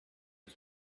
his